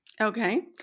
Okay